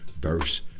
verse